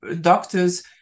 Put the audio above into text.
doctors